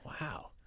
Wow